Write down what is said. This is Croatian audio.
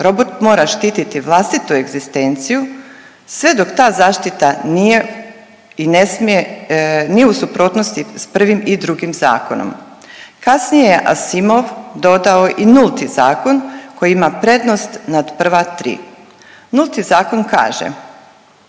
robot mora štititi vlastitu egzistenciju sve dok ta zaštita nije i ne smije nije u suprotnosti s prvim i drugim zakonom. Kasnije je Asimov dodao i nulti zakon koji ima prednost nad prva tri, nulti zakon kaže,